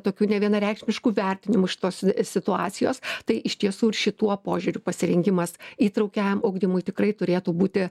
tokių nevienareikšmiškų vertinimų šitos situacijos tai iš tiesų ir šituo požiūriu pasirinkimas įtraukiajam ugdymui tikrai turėtų būti